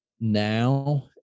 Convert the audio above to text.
now